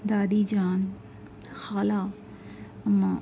دادی جان خالا اماں